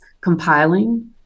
compiling